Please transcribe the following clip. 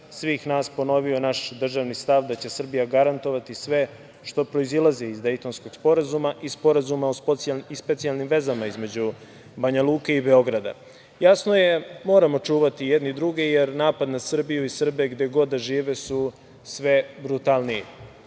svih nas ponovio naš državni stav da će Srbija garantovati sve što proizilazi iz Dejtonskog sporazuma i specijalnim vezama između Banjaluke i Beograda. Jasno je, moramo čuvati jedni druge jer napad na Srbiju i Srbe gde god da žive su sve brutalniji. Dobro